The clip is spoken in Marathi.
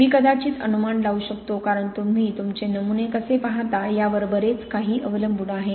मी कदाचित अनुमान लावू शकतो कारण तुम्ही तुमचे नमुने कसे पाहता यावर बरेच काही अवलंबून आहे